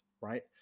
right